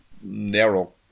narrow